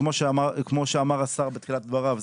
כמו שאמר השר בתחילת דבריו,